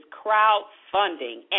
crowdfunding